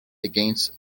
against